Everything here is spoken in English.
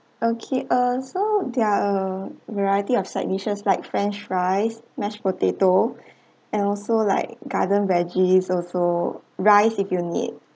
okay ah so there are a variety of side dishes like french fries mashed potato and also like garden veggies also rice if you need